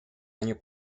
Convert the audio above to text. año